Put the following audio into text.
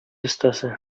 остасы